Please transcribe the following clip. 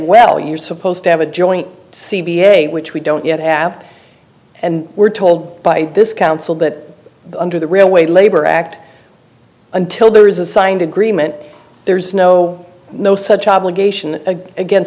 well you're supposed to have a joint c b a which we don't yet ab and we're told by this council that under the railway labor act until there is a signed agreement there's no no such obligation against